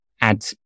add